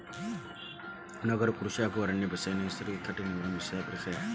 ನಗರ ಕೃಷಿ, ಕೃಷಿ ಹಾಗೂ ಅರಣ್ಯ ಬೇಸಾಯ, ನೈಸರ್ಗಿಕ ಕೇಟ ನಿರ್ವಹಣೆ, ಮಿಶ್ರ ಬೇಸಾಯ